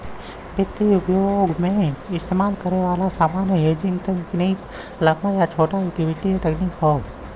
वित्तीय उद्योग में इस्तेमाल करे वाला सामान्य हेजिंग तकनीक लंबा या छोटा इक्विटी तकनीक हौ